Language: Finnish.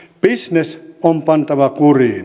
bisnes on pantava kuriin